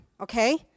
okay